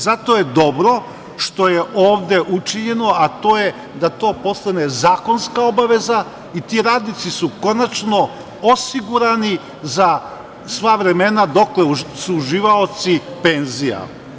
Zato je dobro što je ovde učinjeno, a to je da to postane zakonska obaveza i ti radnici su konačno osigurani za sva vremena, dokle su uživaoci penzija.